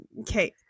Okay